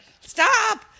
Stop